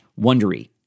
wondery